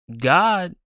God